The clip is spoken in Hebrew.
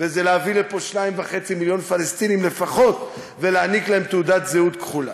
וזה להביא לפה 2.5 מיליון פלסטינים לפחות ולהעניק להם תעודת זהות כחולה.